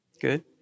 Good